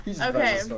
Okay